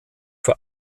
für